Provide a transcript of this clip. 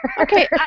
Okay